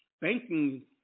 banking